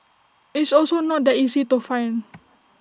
it's also not that easy to find